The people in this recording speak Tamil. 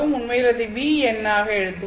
உண்மையில் அதை V எண்ணாக அழைப்போம்